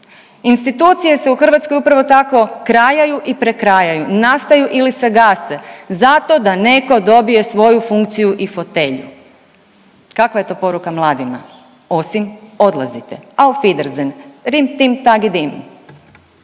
Institucije se u Hrvatskoj upravo tako krajaju i prekrajaju, nastaju ili se gase zato da neko dobije svoju funkciju i fotelju. Kakva je to poruka mladima osim odlazite? Auf wiedersehen,